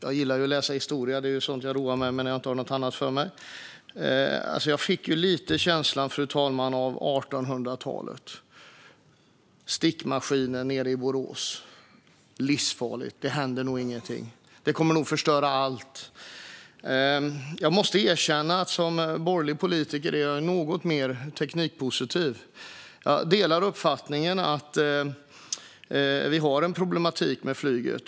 Jag gillar att läsa historia - det är sådant jag roar mig med när jag inte har något annat för mig - och jag fick lite en känsla av 1800-talet. Om stickmaskinen nere i Borås sa man: "Livsfarlig!" "Det händer nog ingenting." "Den kommer att förstöra allt!" Jag måste säga att jag som borgerlig politiker är något mer teknikpositiv. Jag delar uppfattningen att det finns en problematik med flyget.